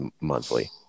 monthly